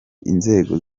inzego